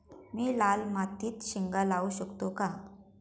मी लाल मातीत शेंगा लावू शकतो का?